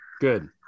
Good